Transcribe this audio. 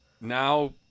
now